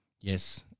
Yes